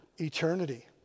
eternity